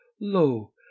lo